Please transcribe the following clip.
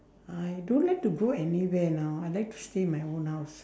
I don't like to go anywhere now I like to stay in my own house